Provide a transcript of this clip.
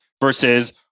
versus